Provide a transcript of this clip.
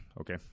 okay